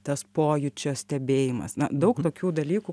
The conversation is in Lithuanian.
tas pojūčio stebėjimas na daug tokių dalykų